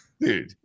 Dude